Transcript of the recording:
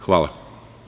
Hvala.